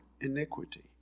iniquity